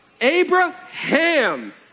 Abraham